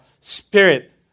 spirit